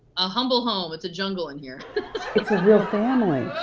a humble home. it's a jungle in here. it's a real family.